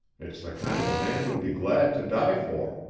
it's the kind a man would be glad to die for.